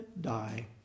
die